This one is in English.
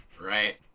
right